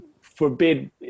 forbid